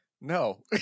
No